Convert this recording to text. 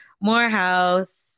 Morehouse